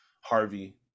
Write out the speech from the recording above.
Harvey